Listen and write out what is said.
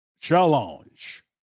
Challenge